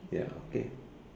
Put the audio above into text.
ya okay